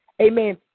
Amen